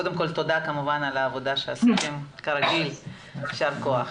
קודם כל תודה על העבודה שעשיתם, יישר כח.